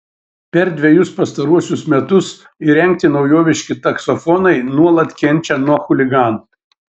per dvejus pastaruosius metus įrengti naujoviški taksofonai nuolat kenčia nuo chuliganų